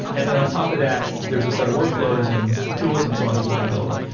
and then on top of that, there is a set of workflows and tools and so on that you want to build.